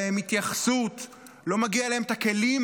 לא מגיעה להם התייחסות,